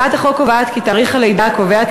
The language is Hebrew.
זה חוק של מבקר המדינה.